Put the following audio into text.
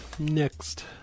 Next